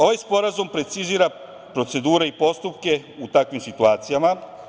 Ovaj sporazum precizira procedure i postupke u takvim situacijama.